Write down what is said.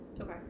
okay